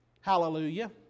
Hallelujah